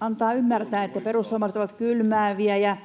antavat ymmärtää, että perussuomalaiset ovat ”kylmääviä” ja